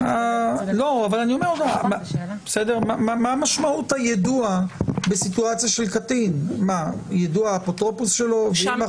יש קבועי זמן קצרים בגלל